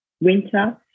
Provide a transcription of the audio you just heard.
winter